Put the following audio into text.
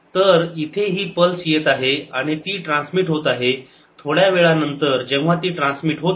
तर इथे ही पल्स येत आहे आणि ती ट्रान्समिट होत आहे थोड्या वेळानंतर जेव्हा ती ट्रान्समिट होते